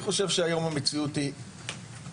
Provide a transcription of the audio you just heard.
אני חושב שהיום המציאות היא שונה,